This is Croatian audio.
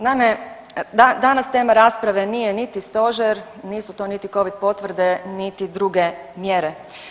Naime, danas tema rasprave nije niti stožer, nisu to niti covid potvrde, niti druge mjere.